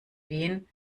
gehen